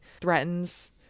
threatens